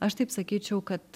aš taip sakyčiau kad